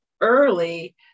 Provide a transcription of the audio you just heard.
early